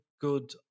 good